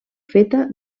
feta